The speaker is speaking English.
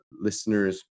listeners